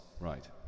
Right